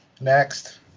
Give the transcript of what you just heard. next